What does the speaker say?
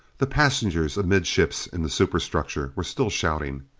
the passengers, amidships in the superstructure, were still shouting.